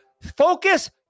focus